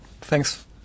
thanks